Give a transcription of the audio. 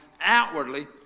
outwardly